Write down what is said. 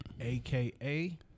aka